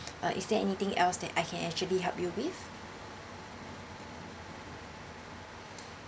uh is there anything else that I can actually help you with